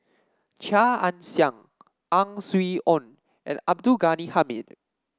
Chia Ann Siang Ang Swee Aun and Abdul Ghani Hamid